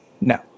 No